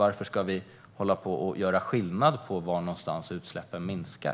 Varför ska vi då göra skillnad på var någonstans utsläppen minskar?